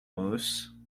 mouse